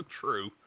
True